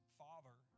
father